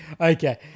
Okay